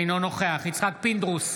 אינו נוכח יצחק פינדרוס,